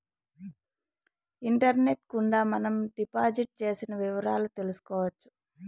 internet గుండా మనం deposit చేసిన వివరాలు తెలుసుకోవచ్చు